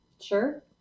Sure